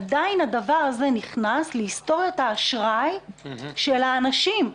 עדיין הדבר הזה נכנס להיסטורית האשראי של האנשים.